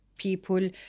people